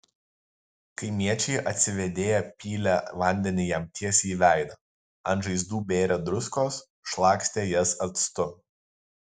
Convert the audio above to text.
kaimiečiai atsivėdėję pylė vandenį jam tiesiai į veidą ant žaizdų bėrė druskos šlakstė jas actu